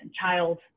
child